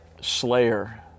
slayer